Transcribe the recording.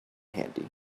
handy